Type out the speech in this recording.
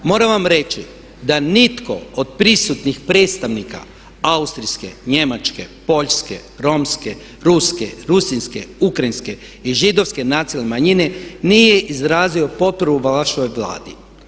Moram vam reći da nitko od prisutnih predstavnika austrijske, njemačke, poljske, romske, ruske, rusinske, ukrajinske i židovske nacionalne manjine nije izrazio potporu vašoj Vladi.